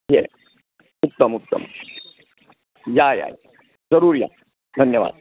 yes उत्तम उत्तम या या या जरूर या धन्यवाद